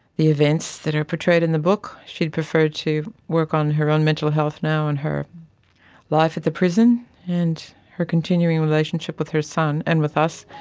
the events that are portrayed in the book, she'd prefer to work on her own mental health now and her life at the prison and her continuing relationship with her son and with us.